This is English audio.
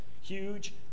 huge